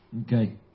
Okay